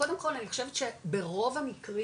קודם כל אני חושבת שברוב המקרים,